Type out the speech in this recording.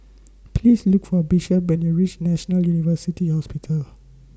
Please Look For Bishop when YOU REACH National University Hospital